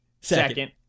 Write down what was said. second